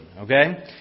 okay